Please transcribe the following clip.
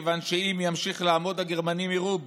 כיוון שאם ימשיך לעמוד הגרמנים יירו בו.